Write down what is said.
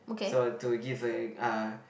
so to give a uh